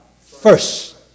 first